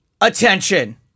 attention